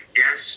yes